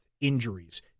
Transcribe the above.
injuries